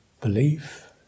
belief